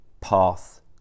path